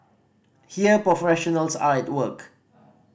here professionals are at work